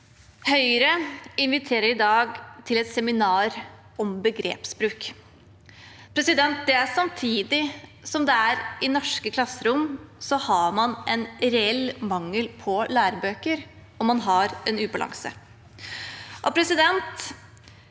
Høyre inviterer i dag til et seminar om begrepsbruk. Det er samtidig som man i norske klasserom har en reell mangel på lærebøker, og man har en ubalanse. Høyres